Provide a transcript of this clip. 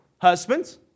Husbands